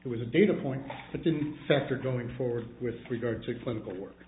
it was a data point that didn't factor going forward with regard to clinical work